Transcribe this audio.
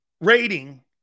rating